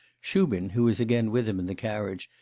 shubin, who was again with him in the carriage,